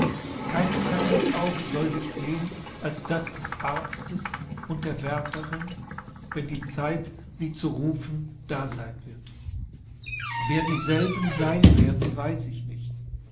kein fremdes auge soll dich sehen als das des arztes und der wärterin wenn die zeit sie zu rufen da sein wird wer dieselben sein werden weiß ich nicht